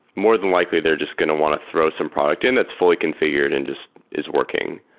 more than likely they're just going to want to throw some product in that's fully confi gured and just is working.